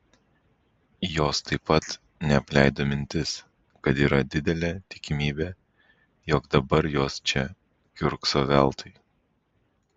jos taip pat neapleido mintis kad yra didelė tikimybė jog dabar jos čia kiurkso veltui